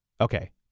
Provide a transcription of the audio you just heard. Okay